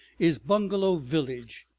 is bungalow village.